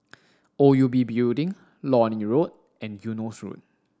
O U B Building Lornie Road and Eunos Road